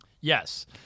yes